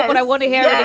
but i want to hear it